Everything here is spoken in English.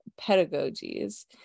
pedagogies